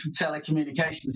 telecommunications